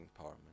empowerment